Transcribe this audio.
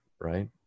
right